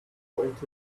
into